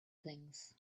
things